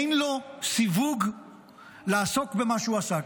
שאין לו סיווג לעסוק במה שהוא עסק.